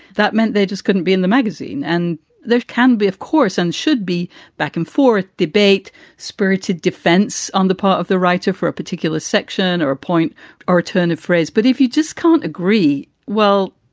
that meant there just couldn't be in the magazine. and there can be, of course, and should be back and forth debate spirited defense on the part of the writer for a particular section or a point or a turn of phrase. but if you just can't agree, well,